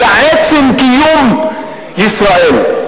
אלא עצם קיום ישראל.